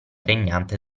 regnante